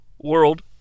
World